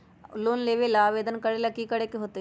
Loan लेबे ला आवेदन करे ला कि करे के होतइ?